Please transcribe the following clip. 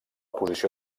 posició